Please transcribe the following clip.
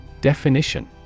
Definition